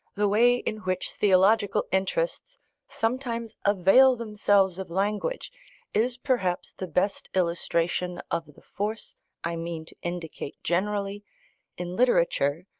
the way in which theological interests sometimes avail themselves of language is perhaps the best illustration of the force i mean to indicate generally in literature,